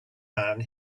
man